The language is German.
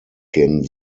gen